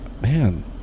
Man